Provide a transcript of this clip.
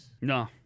No